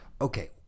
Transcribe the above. okay